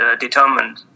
determined